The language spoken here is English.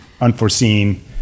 unforeseen